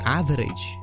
average